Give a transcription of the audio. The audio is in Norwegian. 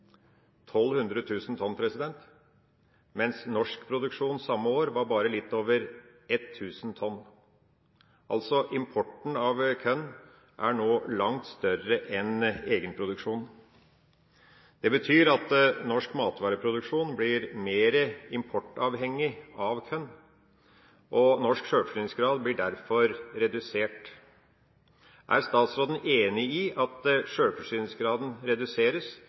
mens norsk produksjon samme år var bare litt over 1 000 tonn. Altså: Importen av korn er nå langt større enn egenproduksjonen. Det betyr at norsk matvareproduksjon blir mer importavhengig av korn, og norsk sjølforsyningsgrad blir derfor redusert. Er statsråden enig i at sjølforsyningsgraden reduseres